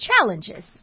challenges